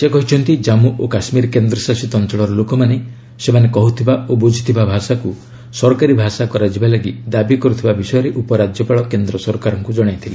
ସେ କହିଛନ୍ତି ଜାମ୍ମୁ ଓ କାଶ୍ମୀର କେନ୍ଦ୍ରଶାସିତ ଅଞ୍ଚଳର ଲୋକମାନେ ସେମାନେ କହୁଥିବା ଓ ବୁଝୁଥିବା ଭାଷାକୁ ସରକାରୀ ଭାଷା କରାଯିବା ଲାଗି ଦାବି କରୁଥିବା ବିଷୟରେ ଉପରାଜ୍ୟପାଳ କେନ୍ଦ୍ର ସରକାରଙ୍କୁ ଜଣାଇଥିଲେ